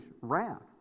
wrath